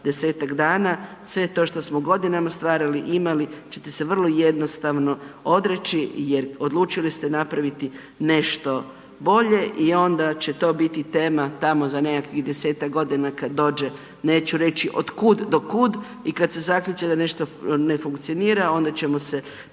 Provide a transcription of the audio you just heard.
desetak dana, sve to što smo godinama stvarali i imali ćete se vrlo jednostavno odreći jer odlučili ste napraviti nešto bolje i onda će to biti tema tamo za nekakvih desetak godina kada dođe, neću reći od kud do kud i kada se zaključi da nešto ne funkcionira onda ćemo se